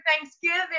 Thanksgiving